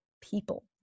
people